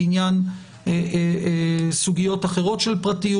בעניין סוגיות אחרות של פרטיות.